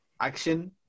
Action